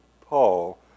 Paul